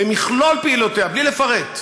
ומכלול פעולותיה, בלי לפרט,